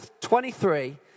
23